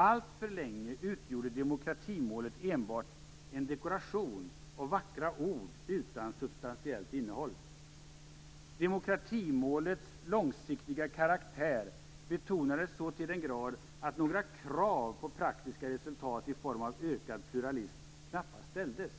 Alltför länge utgjorde demokratimålet enbart en dekoration och vackra ord utan substantiellt innehåll. Demokratimålets långsiktiga karaktär betonades så till den grad att några krav på praktiska resultat i form av ökad pluralism knappast ställdes.